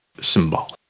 symbolic